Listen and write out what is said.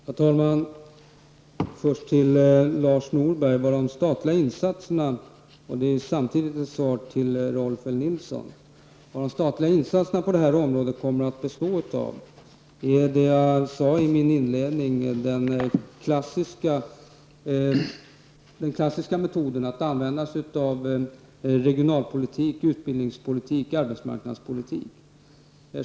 Herr talman! Först till Lars Norberg och de statliga insatserna. Det här är också ett svar till Rolf L Vad kommer de statliga insatserna på detta område att bestå av? Svaret är det samma som jag gav i min inledning. Den klassiska metoden att använda sig av är regional-, utbildnings och arbetsmarknadspolitik.